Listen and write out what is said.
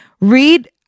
Read